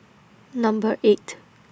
Number eight